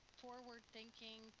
forward-thinking